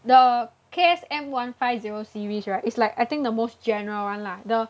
the K S M one five zero series right it's like I think the most general [one] lah the